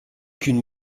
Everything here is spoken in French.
qu’une